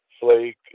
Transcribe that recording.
flake